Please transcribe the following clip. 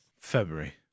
February